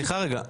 סליחה רגע,